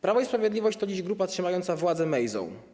Prawo i Sprawiedliwość to dziś grupa trzymająca władzę Mejzą.